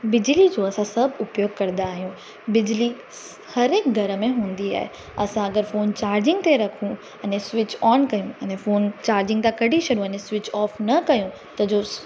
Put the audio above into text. बिजली जो असां सभु उपयोगु कंदा आहियूं बिजली स हर हिक घर में हूंदी आहे असां अगरि फोन चार्जिंग ते रखूं अने स्विच ऑन कयूं अने फोन चार्जिंग तां कढी छॾियूं अने स्विच ऑफ न कयूं त जोस